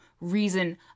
reason